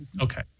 Okay